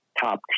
top